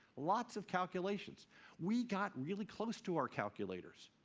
lots of calculations we got really close to our calculators.